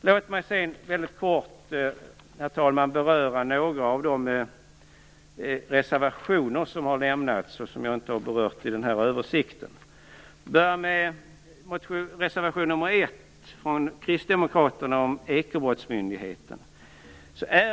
Låt mig sedan mycket kort beröra några av de reservationer som har avgetts och som jag inte har berört i översikten. Jag börjar med reservation nr 1 från kristdemokraterna om ekobrottsmyndigheten.